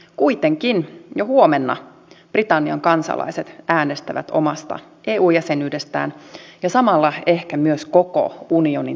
kuitenkin jo huomenna britannian kansalaiset äänestävät omasta eu jäsenyydestään ja samalla ehkä myös koko unionin tulevaisuudesta